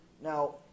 Now